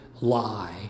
lie